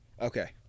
Okay